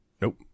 Nope